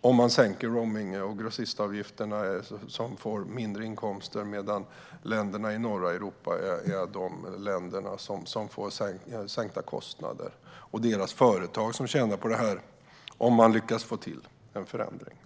om man sänker roaming och grossistavgifterna, får mindre inkomster, medan länderna i norra Europa är de som får sänkta kostnader. Det är deras företag som tjänar på det här om man lyckas få till en förändring.